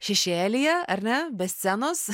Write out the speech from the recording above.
šešėlyje ar ne be scenos